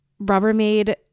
Rubbermaid